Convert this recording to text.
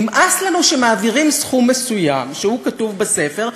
נמאס לנו שמעבירים סכום מסוים שהוא כתוב בספר,